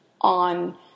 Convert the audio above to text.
on